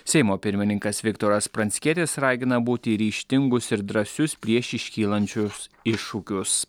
seimo pirmininkas viktoras pranckietis ragina būti ryžtingus ir drąsius prieš iškylančius iššūkius